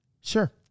Sure